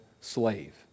slave